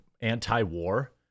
anti-war